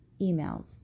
Emails